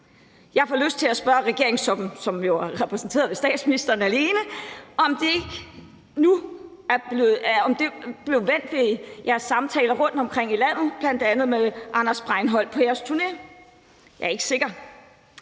Jeg får lyst til at spørge regeringstoppen, som jo er repræsenteret ved statsministeren alene, om det blev vendt ved jeres samtaler rundtomkring i landet med bl.a. Anders Breinholt på jeres turné. Jeg er ikke sikker.